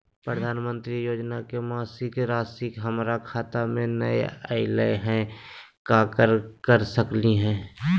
प्रधानमंत्री योजना के मासिक रासि हमरा खाता में नई आइलई हई, का कर सकली हई?